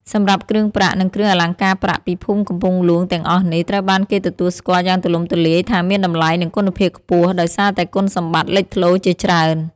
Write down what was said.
សម្រាប់់គ្រឿងប្រាក់ និងគ្រឿងអលង្ការប្រាក់ពីភូមិកំពង់ហ្លួង ទាំងអស់នេះ ត្រូវបានគេទទួលស្គាល់យ៉ាងទូលំទូលាយថាមានតម្លៃ និងគុណភាពខ្ពស់ ដោយសារតែគុណសម្បត្តិលេចធ្លោជាច្រើន។